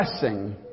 blessing